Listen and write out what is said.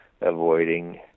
avoiding